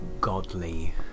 godly